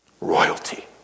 Royalty